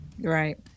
Right